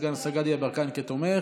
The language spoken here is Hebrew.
את סגן השר גדי יברקן כתומך,